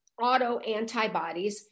autoantibodies